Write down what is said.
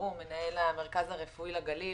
ברהום מנהל המרכז הרפואי לגליל.